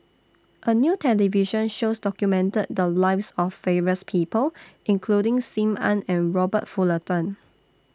A New television shows documented The Lives of various People including SIM Ann and Robert Fullerton